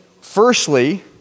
Firstly